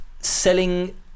selling